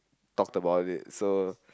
talked about it so